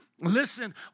Listen